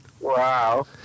Wow